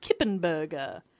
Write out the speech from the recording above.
Kippenberger